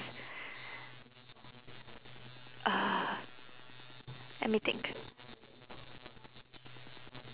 uh let me think